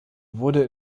wurde